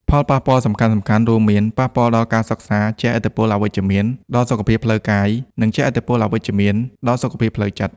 ផលប៉ះពាល់សំខាន់ៗរួមមាន ប៉ះពាល់ដល់ការសិក្សា ជះឥទ្ធិពលអវិជ្ជមានដល់សុខភាពផ្លូវកាយ និងជះឥទ្ធិពលអវិជ្ជមានដល់សុខភាពផ្លូវចិត្ត។